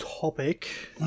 topic